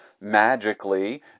magically